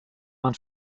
man